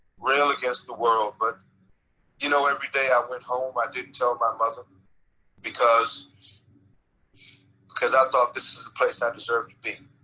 reel against the world. but you know every day i went home i didn't tell my mother um because because i thought this is the place i deserved to be.